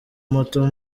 moto